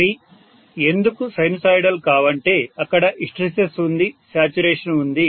అవి ఎందుకు సైనుసోయిడల్ కావంటే అక్కడ హిస్టెరిసిస్ ఉంది శాచ్యురేషన్ ఉంది